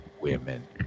women